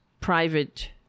private